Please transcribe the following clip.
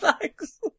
Thanks